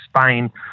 Spain